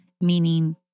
meaning